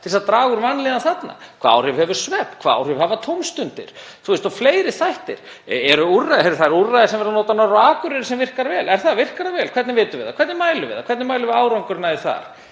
til þess að draga úr vanlíðan þarna? Hvað áhrif hefur svefn? Hvað áhrif hafa tómstundir og fleiri þættir? Heyrðu, það eru úrræði sem er verið að nota norður á Akureyri sem virkar vel. Er það, virkar það vel? Hvernig vitum við það? Hvernig mælum við það? Hvernig mælum við árangurinn af því þar?